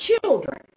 children